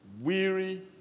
weary